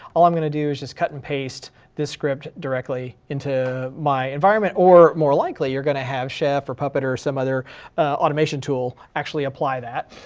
all i'm going to do is just cut and paste this script directly into my environment, or more likely, you're going to have chef or puppet or some other automation tool actually apply that.